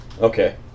Okay